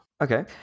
Okay